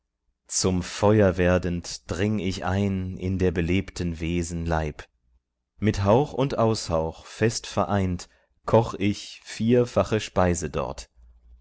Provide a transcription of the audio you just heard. zum feuer werdend dring ich ein in der belebten wesen leib mit hauch und aushauch fest vereint koch ich vierfache speise dort